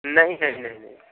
نہیں نہیں نہیں نہیں